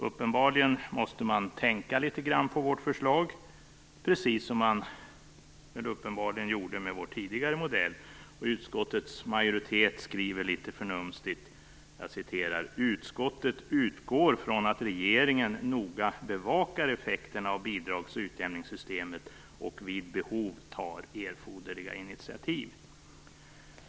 Uppenbarligen måste man tänka litet grand på vårt förslag, precis som man uppenbarligen gjorde med vår tidigare modell. Utskottets majoritet skriver litet förnumstigt följande: "Utskottet utgår från att regeringen noga bevakar effekterna av bidrags och utjämningssystemet och vid behov tar erforderliga initiativ".